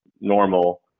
Normal